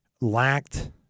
lacked